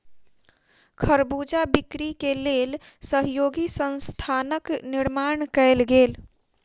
खरबूजा बिक्री के लेल सहयोगी संस्थानक निर्माण कयल गेल